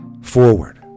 forward